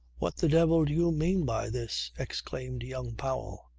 what the devil do you mean by this? exclaimed young powell.